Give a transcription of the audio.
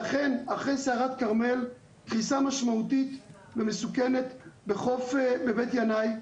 ואכן אחרי סערת כרמל קריסה משמעותית ומסוכנת בחוף בית ינאי,